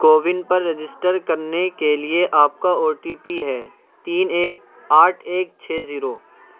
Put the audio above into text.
CoWIN پر register کرنے کے لیے آپ کا او ٹی پی ہے تین ایک آٹھ ایک چھ زیرو